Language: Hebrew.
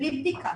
בלי בדיקה,